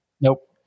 Nope